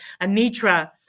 Anitra